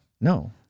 No